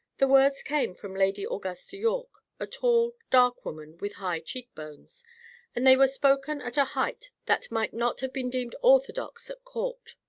the words came from lady augusta yorke, a tall, dark woman, with high cheek-bones and they were spoken at a height that might not have been deemed orthodox at court.